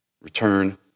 Return